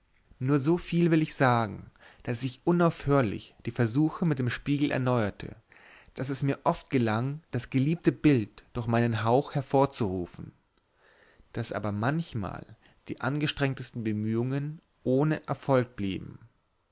nur so viel will ich sagen daß ich unaufhörlich die versuche mit dem spiegel erneuerte daß es mir oft gelang das geliebte bild durch meinen hauch hervorzurufen daß aber manchmal die angestrengtesten bemühungen ohne erfolg blieben